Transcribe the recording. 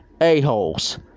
a-holes